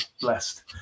blessed